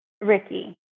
Ricky